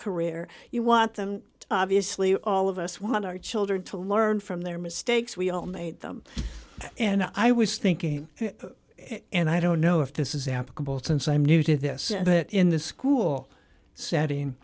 career you want them obviously all of us want our children to learn from their mistakes we all made them and i was thinking and i don't know if this is applicable tense i'm new to this but in the school setting